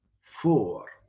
Four